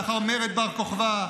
לאחר מרד בר-כוכבא,